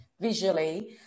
visually